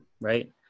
right